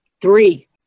Three